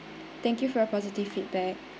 thank you for positive feedback